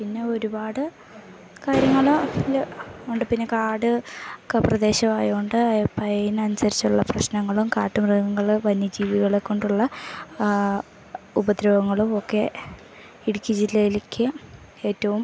പിന്നെ ഒരുപാട് കാര്യങ്ങൾ അതിൽ ഉണ്ട് പിന്നെ കാട് ഒക്കെ പ്രദേശമായതു കൊണ്ട് അപ്പം അതിന് അനുസരിച്ചുള്ള പ്രശ്നങ്ങളും കാട്ടുമൃഗങ്ങളും വന്യജീവികളെ കൊണ്ടുള്ള ഉപദ്രവങ്ങളും ഒക്കെ ഇടുക്കി ജില്ലയിലേക്ക് ഏറ്റവും